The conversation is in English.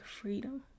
Freedom